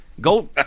Go